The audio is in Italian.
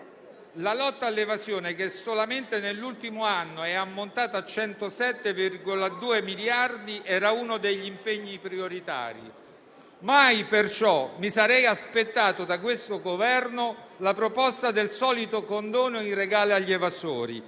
La lotta all'evasione, che solamente nell'ultimo anno è ammontata a 107,2 miliardi, era uno degli impegni prioritari. Mai perciò mi sarei aspettato da questo Governo la proposta del solito condono in regalo agli evasori,